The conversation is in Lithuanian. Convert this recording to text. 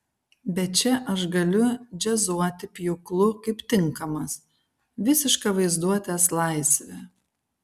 bet čia aš galiu džiazuoti pjūklu kaip tinkamas visiška vaizduotės laisvė